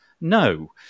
no